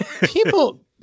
People